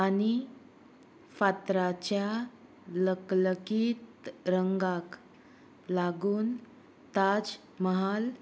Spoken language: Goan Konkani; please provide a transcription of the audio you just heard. आनी फातराच्या लकलकीत रंगाक लागून ताज महाल